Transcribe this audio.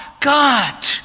God